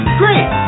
great